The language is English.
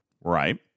right